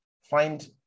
find